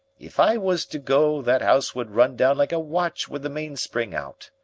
if i was to go, that ouse would run down like a watch with the mainspring out.